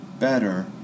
better